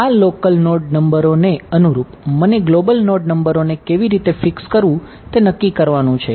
હવે આ local node નંબરોને અનુરૂપ મને ગ્લોબલ નોડ નંબરોને કેવી રીતે ફિક્ષ કરવું તે નક્કી કરવાનું છે